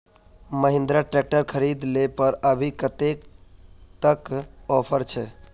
Mahindra tractor खरीद ले पर अभी कतेक तक ऑफर छे?